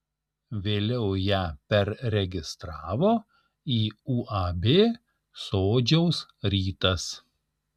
vėliau ją perregistravo į uab sodžiaus rytas